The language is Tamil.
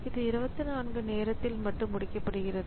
இது 24 நேரத்தில் மட்டுமே முடிக்கப்படுகிறது